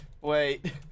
Wait